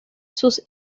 sus